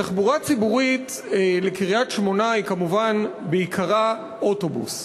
תחבורה ציבורית לקריית-שמונה היא כמובן בעיקרה אוטובוס,